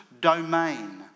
domain